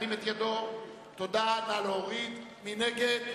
מי נגד?